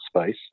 space